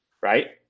right